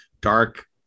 dark